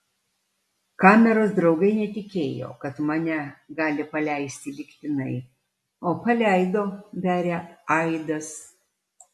kameros draugai netikėjo kad mane gali paleisti lygtinai o paleido beria aidas